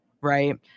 Right